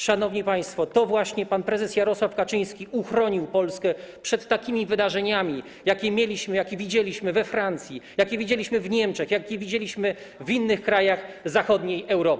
Szanowni państwo, to właśnie pan prezes Jarosław Kaczyński uchronił Polskę przed takimi wydarzeniami, jakie widzieliśmy we Francji, jakie widzieliśmy w Niemczech, jakie widzieliśmy w innych krajach zachodniej Europy.